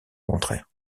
contraires